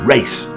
Race